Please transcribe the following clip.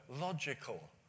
logical